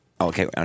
Okay